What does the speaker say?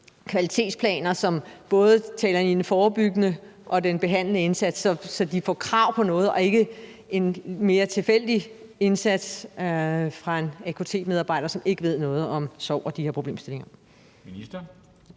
kvalitetsplaner, som både taler ind i den forebyggende og den behandlende indsats, så de får krav på noget og ikke en mere tilfældig indsats fra en AKT-medarbejder, som ikke ved noget om sorg og de her problemstillinger.